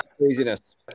craziness